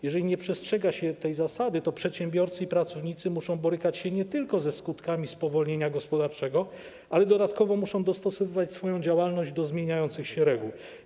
Jeżeli nie przestrzega się tej zasady, to przedsiębiorcy i pracownicy nie tylko muszą borykać się ze skutkami spowolnienia gospodarczego, ale dodatkowo muszą dostosowywać swoją działalność do zmieniających się reguł.